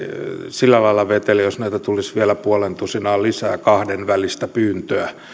sillä lailla vetele jos näitä tulisi vielä puolentusinaa lisää kahdenvälisiä pyyntöjä